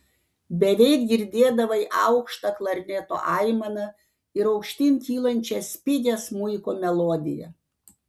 beveik girdėdavai aukštą klarneto aimaną ir aukštyn kylančią spigią smuiko melodiją